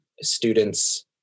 students